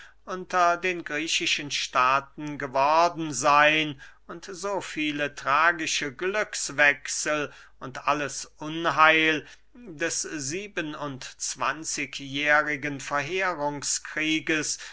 unter den griechischen staaten geworden seyn und so viele tragische glückswechsel und alles unheil des sieben und zwanzigjährigen